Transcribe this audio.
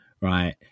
right